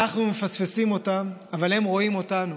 אנחנו מפספסים אותם אבל הם רואים אותנו,